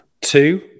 Two